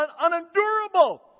unendurable